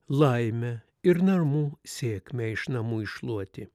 laimę ir namų sėkmę iš namų iššluoti